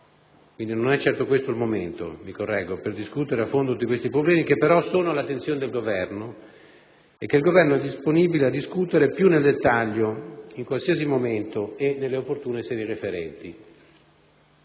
sede, non è questo certamente il momento per discutere a fondo tutti i problemi sollevati, che però sono all'attenzione del Governo e che il Governo è disponibile a discutere nel dettaglio in qualsiasi momento e nelle opportune sedi referenti.